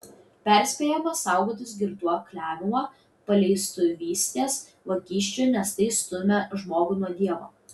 perspėjama saugotis girtuokliavimo paleistuvystės vagysčių nes tai stumią žmogų nuo dievo